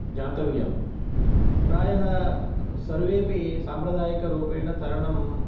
ज्ञातव्यं प्रायः सर्वेपि साम्प्रदायिकरूपेण तरणं